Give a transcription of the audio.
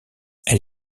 elle